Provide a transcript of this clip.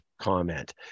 comment